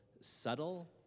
subtle